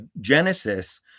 Genesis